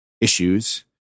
issues